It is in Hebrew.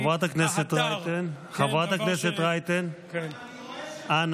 חברת הכנסת רייטן, חברת הכנסת רייטן, אנא.